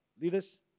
leaders